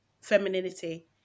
femininity